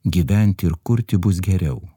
gyventi ir kurti bus geriau